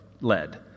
led